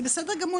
זה בסדר גמור,